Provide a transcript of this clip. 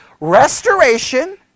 restoration